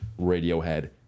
Radiohead